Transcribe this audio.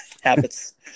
habits